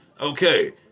okay